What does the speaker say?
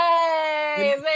Hey